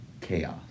chaos